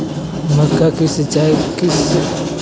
मक्का की सिंचाई किस यंत्र से किया जाता है?